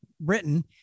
Britain